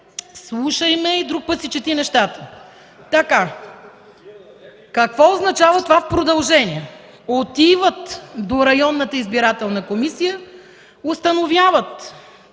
Слушай ме, и друг път си чети нещата! Какво означава това в продължение? Отиват до районната избирателна комисия, установяват